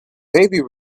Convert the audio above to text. maybe